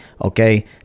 okay